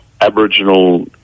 Aboriginal